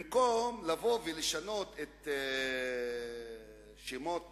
במקום לשנות את שמות